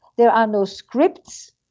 there are no scripts,